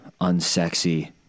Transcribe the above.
unsexy